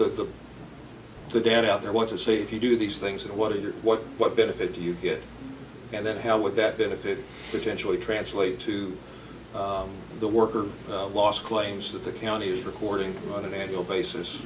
the the dad out there want to say if you do these things what are you what what benefit do you get and then how would that benefit potentially translate to the worker loss claims that the counties recording on an annual basis